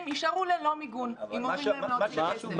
יישארו ללא מיגון אם אומרים להם להוציא כסף.